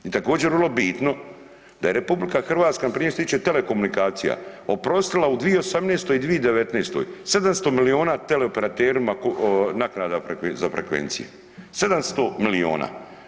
I također vrlo bitno da je RH prije što se tiče telekomunikacija oprostila u 2018. i 2019. 700 miliona teleoperaterima naknada za frekvencije, 700 miliona.